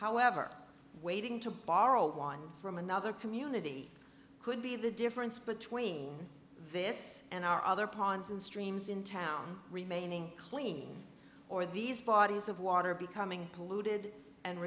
however waiting to borrow one from another community could be the difference between this and our other ponds and streams in town remaining clean or these bodies of water becoming polluted and